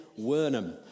Wernham